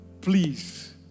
Please